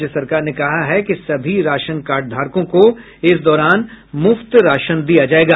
राज्य सरकार ने कहा है कि सभी राशन कार्डधारकों को इस दौरान मुफ्त राशन दिया जायेगा